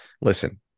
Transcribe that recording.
listen